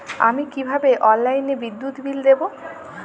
আমি কিভাবে অনলাইনে বিদ্যুৎ বিল দেবো?